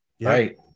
Right